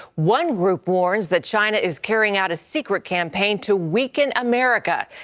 one group ones that china is carrying out a secret campaign to weaken america.